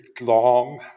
long